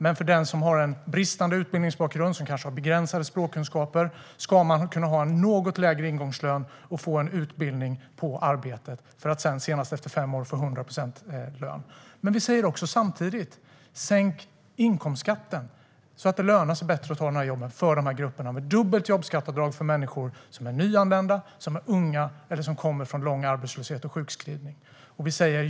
Men den som har bristande utbildningsbakgrund och kanske begränsade språkkunskaper ska kunna ha en något lägre ingångslön och få utbildning på arbetet, för att sedan - senast efter fem år - få 100 procent av lönen. Samtidigt säger vi: Sänk inkomstskatten så att det lönar sig bättre för dessa grupper att ta jobben! Inför dubbelt jobbskatteavdrag för människor som är nyanlända, unga eller kommer från lång arbetslöshet och sjukskrivning!